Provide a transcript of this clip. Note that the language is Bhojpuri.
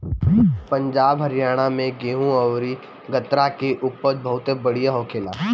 पंजाब, हरियाणा में गेंहू अउरी गन्ना के उपज बहुते बढ़िया होखेला